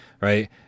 right